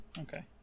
okay